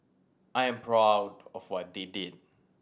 I am proud of what they did